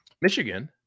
Michigan